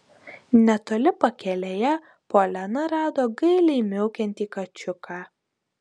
netoli pakelėje poliana rado gailiai miaukiantį kačiuką